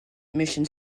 mission